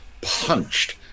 punched